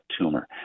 tumor